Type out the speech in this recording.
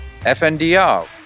FNDR